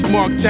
Mark